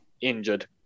injured